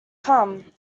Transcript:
come